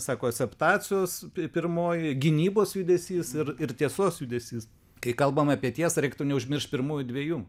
sako aseptacijos pirmoji gynybos judesys ir ir tiesos judesys kai kalbam apie tiesą reiktų neužmiršt pirmųjų dviejų